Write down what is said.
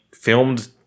filmed